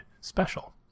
special